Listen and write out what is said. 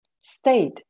state